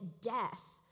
death